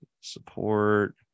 support